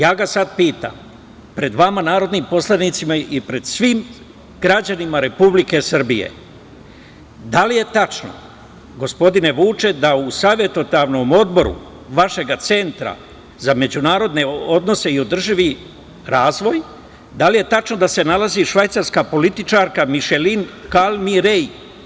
Ja ga sada pitam, pred vama narodnim poslanicima i pred svim građanima Republike Srbije, da li je tačno, gospodine Vuče, da u savetodavnom odboru vašeg Centra za međunarodne odnose i održivi razvoj, da li je tačno da se nalazi švajcarska političarka Mišelin Kalmi-Rej?